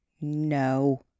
no